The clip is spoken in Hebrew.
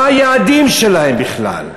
מה היעדים שלהם בכלל?